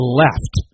left